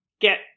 get